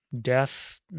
death